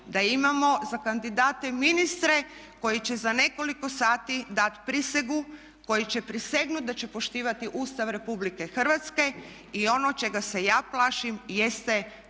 da imamo za kandidate ministre koji će za nekoliko sati dati prisegu, koji će prisegnuti da će poštivati Ustav Republike Hrvatske i ono čega se ja plašim jeste